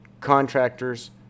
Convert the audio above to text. contractors